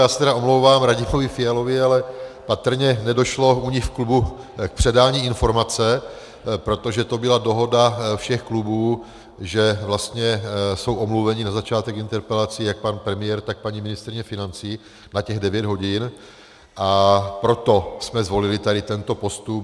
Já se tedy omlouvám Radimovi Fialovi, ale patrně nedošlo u nich v klubu k předání informace, protože to byla dohoda všech klubů, že vlastně jsou omluveni na začátek interpelací jak pan premiér, tak paní ministryně financí na těch devět hodin, a proto jsme zvolili tady tento postup.